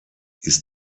ist